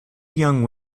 young